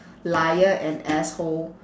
liar and asshole